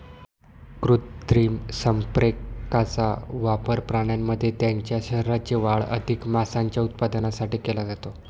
कृत्रिम संप्रेरकांचा वापर प्राण्यांमध्ये त्यांच्या शरीराची वाढ अधिक मांसाच्या उत्पादनासाठी केला जातो